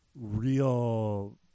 real